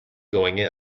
going